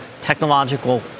Technological